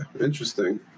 interesting